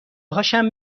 هاشم